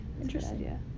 Interesting